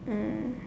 mm